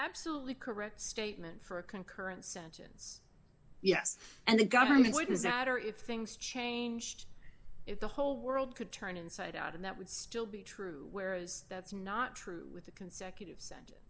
absolutely correct statement for a concurrent sentence yes and the government which is that or if things changed if the whole world could turn inside out and that would still be true whereas that's not true with the consecutive sent